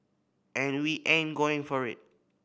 and we ain't going for it